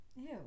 Ew